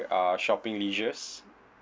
uh shopping leisures